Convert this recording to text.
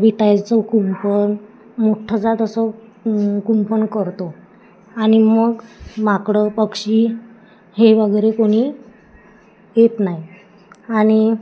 विटायचं कुंपण मोठं तसं कुंपण करतो आणि मग माकडं पक्षी हे वगैरे कोणी येत नाही आणि